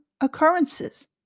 occurrences